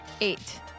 Eight